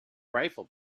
rifle